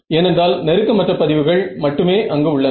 ஏனென்றால் நெருக்கம் அற்ற பதிவுகள் மட்டுமே அங்கு உள்ளன